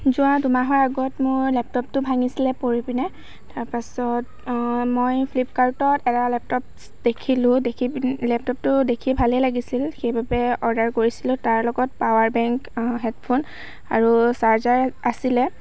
যোৱা দুমাহৰ আগত মোৰ লেপটপটো ভাঙিছিলে পৰি পিনে তাৰ পাছত মই ফ্লিপকাৰ্টত এটা লেপটপ দেখিলোঁ দেখি পিনি লেপটপটো দেখি ভালেই লাগিছিল সেইবাবে অৰ্ডাৰ কৰিছিলোঁ তাৰ লগত পাৱাৰ বেংক হেডফোন আৰু চাৰ্জাৰ আছিলে